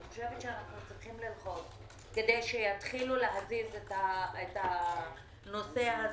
אני חושבת שעלינו להתחיל ללחוץ כדי שיתחילו להזיז את הנושא הזה.